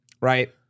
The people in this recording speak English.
right